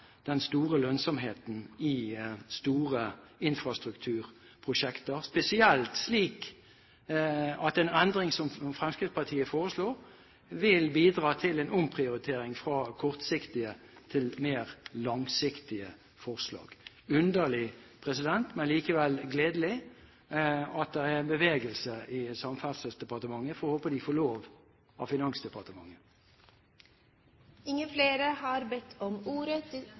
den store lønnsomheten i store infrastrukturprosjekter, spesielt fordi en slik endring som Fremskrittspartiet foreslår, vil bidra til en omprioritering fra kortsiktige til mer langsiktige forslag. Det er underlig, men likevel gledelig at det er bevegelse i Samferdselsdepartementet. Jeg håper de får lov av Finansdepartementet. Jeg har